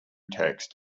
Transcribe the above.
text